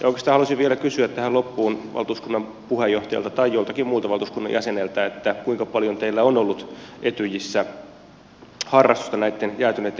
oikeastaan haluaisin vielä kysyä tähän loppuun valtuuskunnan puheenjohtajalta tai joltakin muulta valtuuskunnan jäseneltä kuinka paljon teillä on ollut etyjissä harrastusta näitten jäätyneitten konfliktien purkamiseen